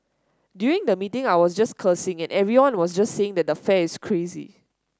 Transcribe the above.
during the meeting I was just cursing and everyone was just saying that the fare is crazy